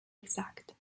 exact